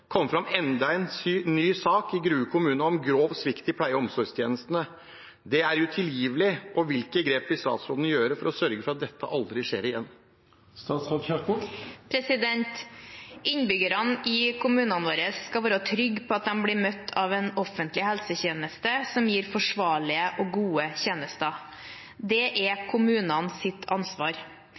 pleie- og omsorgstjenesten. Det er utilgivelig. Hvilke grep vil statsråden gjøre for å sørge for at dette aldri skjer igjen?» Innbyggerne i kommunene skal være trygge på at de blir møtt av en offentlig helsetjeneste som gir forsvarlige og gode tjenester. Det er kommunenes ansvar.